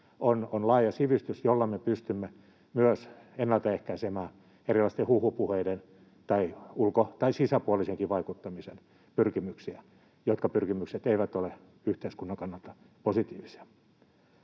on laaja sivistys, jolla me pystymme myös ennaltaehkäisemään erilaisten huhupuheiden tai ulko- tai sisäpuolisenkin vaikuttamisen pyrkimyksiä, jotka pyrkimykset eivät ole yhteiskunnan kannalta positiivisia.